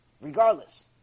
regardless